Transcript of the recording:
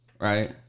right